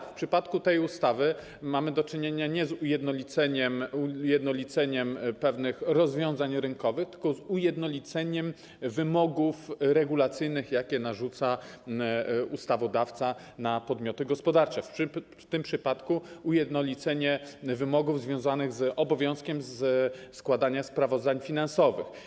W przypadku tej ustawy mamy jednak do czynienia nie z ujednoliceniem pewnych rozwiązań rynkowych, tylko z ujednoliceniem wymogów regulacyjnych, które ustawodawca narzuca na podmioty gospodarcze, w tym przypadku ujednolicenie wymogów związanych z obowiązkiem składania sprawozdań finansowych.